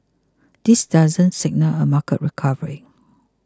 this doesn't signal a market recovery